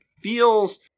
feels